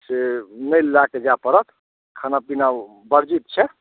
से नहि लै कऽ जाय पड़त खाना पीना वर्जित छै